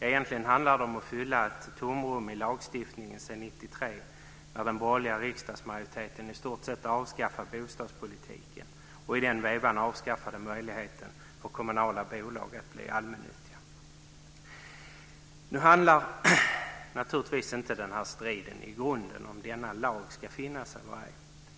Egentligen handlar det om att fylla ett tomrum som har funnits i lagstiftningen sedan 1993 då den borgerliga riksdagsmajoriteten i stort sett avskaffade bostadspolitiken och i den vevan avskaffade möjligheten för kommunala bolag att bli allmännyttiga. Nu handlar naturligtvis inte denna strid i grunden om huruvida denna lag ska finnas eller ej.